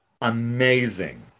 amazing